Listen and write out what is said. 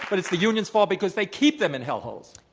but it's the union's fault because they keep them in hell holes.